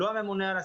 לא הממונה על השכר,